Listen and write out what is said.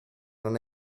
non